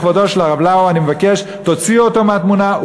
לכבודו של הרב לאו אני מבקש: תוציאו אותו מהתמונה,